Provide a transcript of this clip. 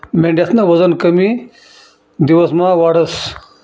मेंढ्यास्नं वजन कमी दिवसमा वाढस